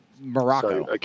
Morocco